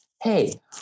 hey